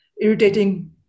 irritating